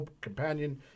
companion